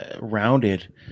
rounded